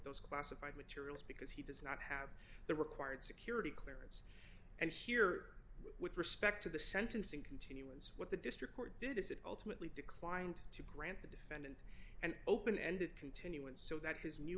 those classified materials because he does not have the required security clearance and here with respect to the sentencing contains what the district court did is it ultimately declined to grant the defense an open ended continuance so that his new